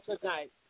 tonight